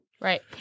Right